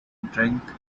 drink